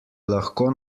lahko